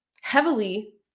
heavily